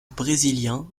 brésilien